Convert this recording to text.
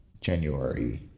January